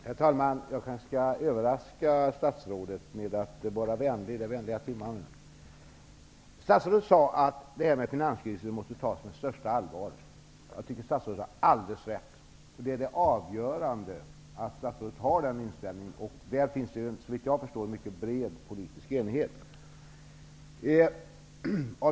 Herr talman! Jag kanske skall överraska statsrådet genom att vara vänlig. Det är vänliga timman. Statsrådet sade att finanskrisen måste tas på största allvar. Jag tycker att statsrådet har alldeles rätt. Det är avgörande att statsrådet har den inställningen. Här finns såvitt jag förstår en mycket bred politisk enighet.